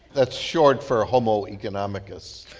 that's short for homo economicus.